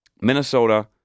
Minnesota